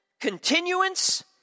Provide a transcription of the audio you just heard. continuance